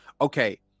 Okay